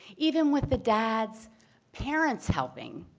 even with the dad's parent's helping.